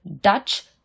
Dutch